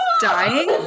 dying